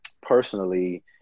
personally